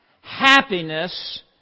happiness